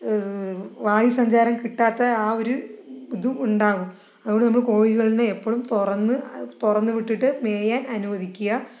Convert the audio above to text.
വായുസഞ്ചാരം കിട്ടാത്ത ആ ഒരു ഇത് ഉണ്ടാകും അതുകൊണ്ട് നമ്മൾ കോഴികളെ എപ്പോഴും തുറന്ന് തുറന്നു വിട്ടിട്ട് മേയാൻ അനുവദിക്കുക